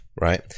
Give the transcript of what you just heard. right